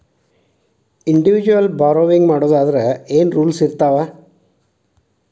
Individual borrowing ಮಾಡೊದಾದ್ರ ಏನ್ ರೂಲ್ಸಿರ್ತಾವ?